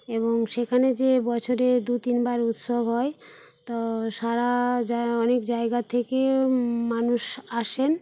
এবং সেখানে যে বছরে দু তিন বার উৎসব হয় তো সারা জায় অনেক জায়গা থেকে মানুষ আসেন